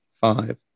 five